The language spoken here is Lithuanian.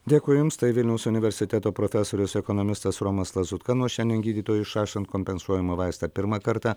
dėkui jums tai vilniaus universiteto profesorius ekonomistas romas lazutka nuo šiandien gydytojui išrašant kompensuojamą vaistą pirmą kartą